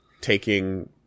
taking